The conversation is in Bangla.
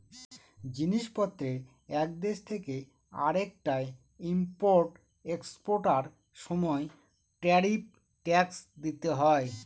জিনিস পত্রের এক দেশ থেকে আরেকটায় ইম্পোর্ট এক্সপোর্টার সময় ট্যারিফ ট্যাক্স দিতে হয়